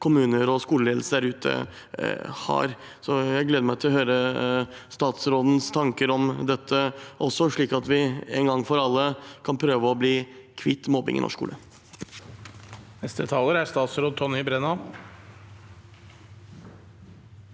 kommuner og skoleledelse der ute har? Jeg gleder meg til å høre statsrådens tanker om dette også, slik at vi én gang for alle kan prøve å bli kvitt mobbing i norsk skole.